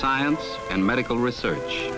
science and medical research